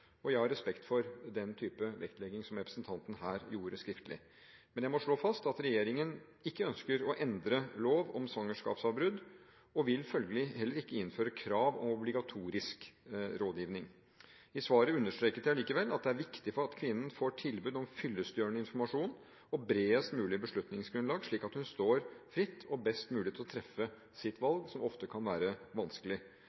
Jeg har respekt for den typen vektlegging som representanten her gjorde skriftlig. Men jeg må slå fast at regjeringen ikke ønsker å endre lov om svangerskapsavbrudd og vil følgelig heller ikke innføre krav om obligatorisk rådgivning. I svaret understreket jeg likevel at det er viktig at kvinnen får tilbud om fyllestgjørende informasjon og bredest mulig beslutningsgrunnlag slik at hun står fritt og best mulig til å treffe sitt